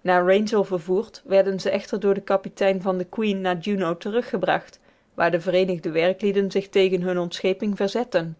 naar wrangell vervoerd werden ze echter door den kapitein van the queen naar juneau teruggebracht waar de vereenigde werklieden zich tegen hunne ontscheping verzetten